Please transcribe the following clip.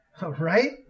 Right